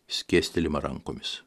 skėstelima rankomis